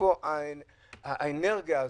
מאיפה האנרגיות,